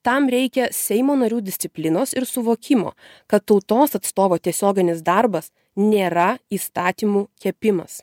tam reikia seimo narių disciplinos ir suvokimo kad tautos atstovo tiesioginis darbas nėra įstatymų kepimas